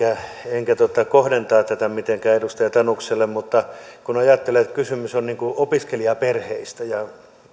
enkä kohdentaa tätä mitenkään edustaja tanukselle mutta kun ajattelee että kysymys on opiskelijaperheistä ja